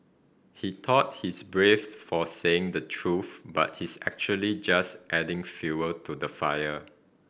he thought he's brave for saying the truth but he's actually just adding fuel to the fire